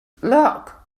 look